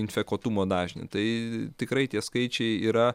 infekuotumo dažnį tai tikrai tie skaičiai yra